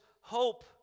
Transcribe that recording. hope